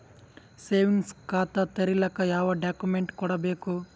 Savings ಖಾತಾ ತೇರಿಲಿಕ ಯಾವ ಡಾಕ್ಯುಮೆಂಟ್ ಕೊಡಬೇಕು?